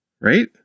right